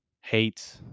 hate